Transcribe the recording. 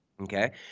Okay